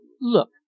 look